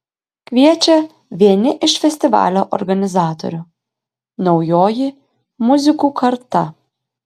kviečia vieni iš festivalio organizatorių naujoji muzikų karta